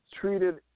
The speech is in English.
treated